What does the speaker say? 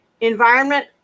environment